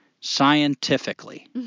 Scientifically